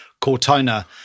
Cortona